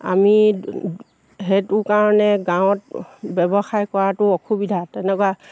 আমি সেইটো কাৰণে গাঁৱত ব্যৱসায় কৰাটো অসুবিধা তেনেকুৱা